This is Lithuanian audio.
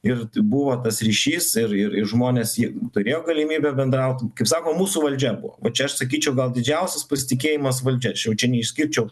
ir t buvo tas ryšys ir ir ir žmonės jį turėjo galimybę bendrauti kaip sako mūsų valdžia buvo bet čia aš sakyčiau gal didžiausias pasitikėjimas valdžia aš jau čia neišskirčiau